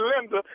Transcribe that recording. Linda